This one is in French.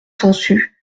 sansu